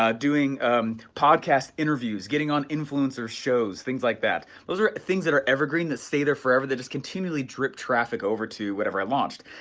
um doing podcast interviews, getting on influencer's shows. things like that. those are things that are evergreen, that stay there forever, that just continually drip traffic over to whatever i launched.